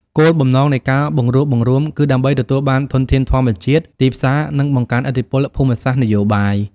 គោលបំណងនៃការបង្រួបបង្រួមគឺដើម្បីទទួលបានធនធានធម្មជាតិ ទីផ្សារ និងបង្កើនឥទ្ធិពលភូមិសាស្ត្រនយោបាយ។